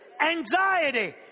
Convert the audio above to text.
anxiety